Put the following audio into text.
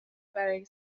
برای